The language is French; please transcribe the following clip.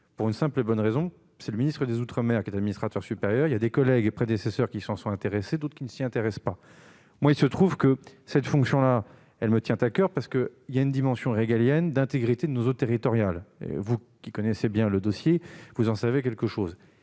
pour une simple et bonne raison : c'est le ministre des outre-mer qui est administrateur supérieur. Certains de mes prédécesseurs s'y sont intéressés, d'autres non. Pour ma part, il se trouve que cette fonction-là me tient à coeur, parce qu'est en jeu une dimension régalienne d'intégrité de nos eaux territoriales. Vous, qui connaissez bien le dossier, en savez quelque chose.